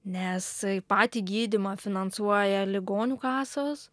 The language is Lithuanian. nes patį gydymą finansuoja ligonių kasos